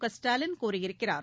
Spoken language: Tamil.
கஸ்டாலின் கூறியிருக்கிறார்